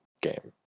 game